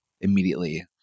immediately